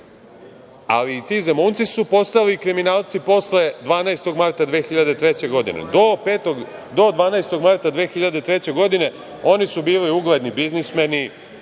ali i ti Zemunci su postali kriminalci posle 12. marta 2003. godine. Do 12. marta 2003. godine oni su bili ugledni biznismeni.